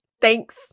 Thanks